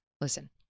Listen